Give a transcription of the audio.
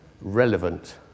relevant